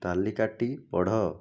ତାଲିକାଟି ପଢ଼